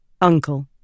Uncle